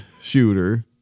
shooter